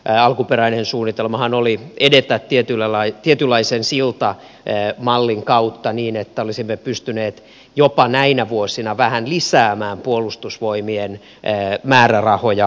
alkuperäinen suunnitelmahan oli edetä tietynlaisen siltamallin kautta niin että olisimme pystyneet jopa näinä vuosina kun tuota rakenneuudistusta tehtiin vähän lisäämään puolustusvoimien määrärahoja